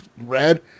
red